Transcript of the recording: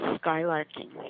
Skylarking